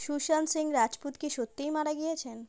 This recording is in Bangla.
সুশান্ত সিং রাজপুত কি সত্যিই মারা গিয়েছেন